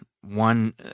One